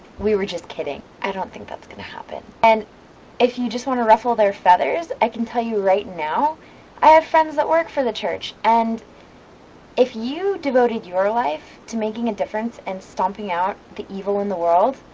we were just kidding i don't think that's going to happen and if you just want to ruffle their feathers i can tell you right now i have friends that work for the church, and if you devoted your life to making a difference and stomping out the evil in the world